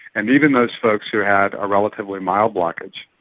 and even those folks who had a relatively mild blockage,